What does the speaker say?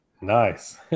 nice